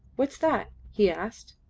what's that? he asked.